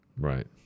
Right